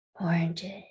Oranges